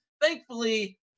Thankfully